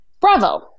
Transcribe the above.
Bravo